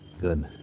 Good